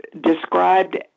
described